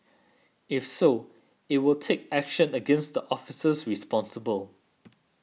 if so it will take action against the officers responsible